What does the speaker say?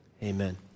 Amen